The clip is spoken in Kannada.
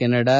ಕೆನಡಾ